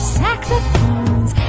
saxophones